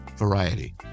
Variety